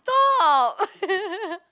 stop